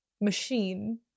machine